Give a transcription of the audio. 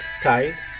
ties